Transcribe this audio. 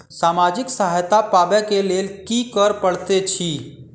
सामाजिक सहायता पाबै केँ लेल की करऽ पड़तै छी?